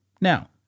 Now